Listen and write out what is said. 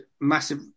massive